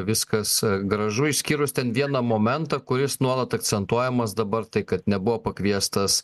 viskas gražu išskyrus ten vieną momentą kuris nuolat akcentuojamas dabar tai kad nebuvo pakviestas